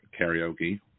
karaoke